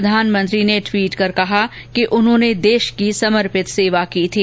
प्रधानमंत्री ने टवीट कर कहा कि उन्होंने देश की समर्पित सेवा की थी